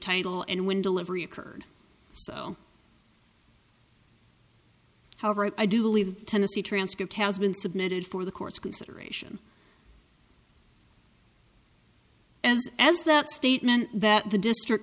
title and when delivery occurred so however i do believe tennessee transcript has been submitted for the court's consideration as that statement that the district